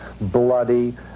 bloody